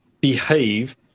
behave